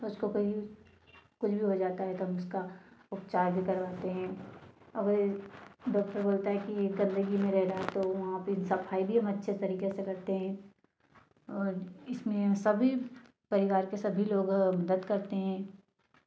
उसको कहीं कुछ भी हो जाता है उसका उपचार भी करवाते हैं अगर डॉक्टर बोलता है की गंदगी में रह रहा है तो वहाँ पर सफ़ाई भी अच्छे तरीके से करते हैं और इसमें सभी परिवार के सभी लोग मदद करते हैं